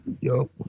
Yo